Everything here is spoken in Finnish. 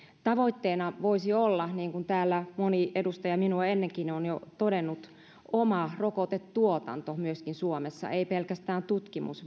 tavoitteena voisi olla niin kuin täällä moni edustaja minua ennenkin on jo todennut oma rokotetuotanto myöskin suomessa ei pelkästään tutkimus